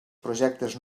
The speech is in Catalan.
projectes